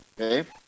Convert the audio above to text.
okay